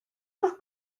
sus